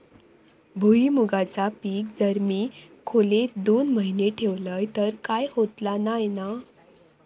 भुईमूगाचा पीक जर मी खोलेत दोन महिने ठेवलंय तर काय होतला नाय ना?